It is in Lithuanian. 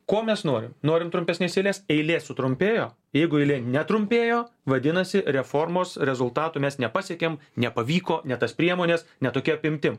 ko mes norim norim trumpesnės eilės eilė sutrumpėjo jeigu eilė netrumpėjo vadinasi reformos rezultatų mes nepasiekėm nepavyko ne tas priemones ne tokia apimtim